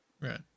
right